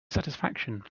satisfaction